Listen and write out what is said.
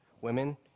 Women